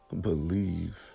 believe